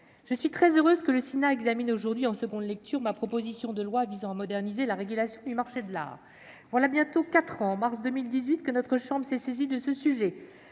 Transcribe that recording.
je suis très heureuse que le Sénat examine aujourd'hui en deuxième lecture ma proposition de loi visant à moderniser la régulation du marché de l'art. Voilà bientôt quatre ans, en mars 2018, que notre chambre s'est saisie de ce sujet,